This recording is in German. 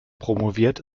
promoviert